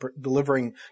delivering